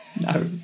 No